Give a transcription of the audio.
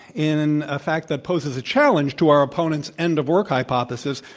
in a fact that poses a challenge to our opponent's end of work hypothesis,